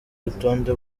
rutonde